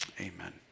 amen